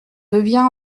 devient